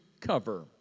cover